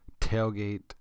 tailgate